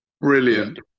Brilliant